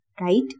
right